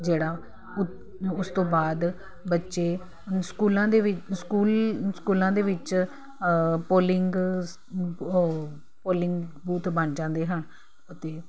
ਜਿਹੜਾ ਉਸ ਤੋਂ ਬਾਅਦ ਬੱਚੇ ਸਕੂਲਾਂ ਦੇ ਵਿੱਚ ਸਕੂਲ ਸਕੂਲਾਂ ਦੇ ਵਿੱਚ ਪੋਲਿੰਗ ਬੂਥ ਬਣ ਜਾਂਦੇ ਹਨ ਅਤੇ